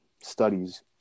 studies